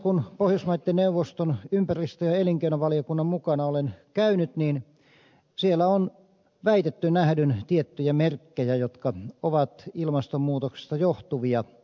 kun olen pohjoismaiden neuvoston ympäristö ja elinkeinovaliokunnan mukana käynyt grönlannissa siellä on väitetty nähdyn tiettyjä merkkejä jotka ovat ilmastonmuutoksesta johtuvia